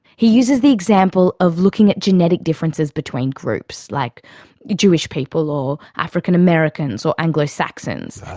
he uses the example of looking at genetic differences between groups, like jewish people, or african-americans, or anglo-saxons.